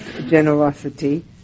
generosity